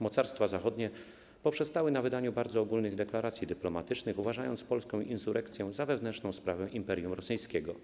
Mocarstwa zachodnie poprzestały na wydaniu bardzo ogólnych deklaracji dyplomatycznych, uważając polską insurekcję za wewnętrzną sprawę Imperium Rosyjskiego.